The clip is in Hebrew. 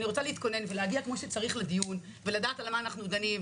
אני רוצה להתכונן ולהגיע כפי שצריך לדיון ולדעת על מה אנחנו דנים,